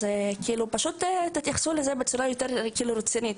מבקשת פשוט שתתייחסו לנושא הזה בצורה יותר רצינית.